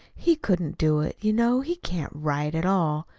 he couldn't do it. you know he can't write at all.